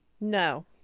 No